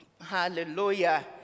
Hallelujah